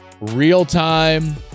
real-time